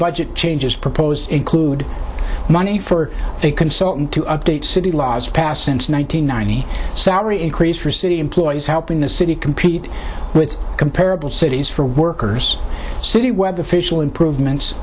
budget changes proposed include money for a consultant to update city laws passed since one nine hundred ninety salary increase for city employees helping the city compete with comparable cities for workers city web official improvements